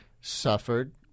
suffered